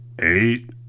eight